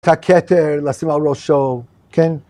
‫את הכתר לשים על ראשו, כן?